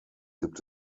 gibt